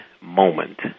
moment